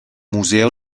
museo